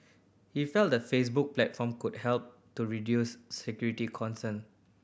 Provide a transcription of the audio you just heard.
he felt the Facebook platform could help to reduce security concern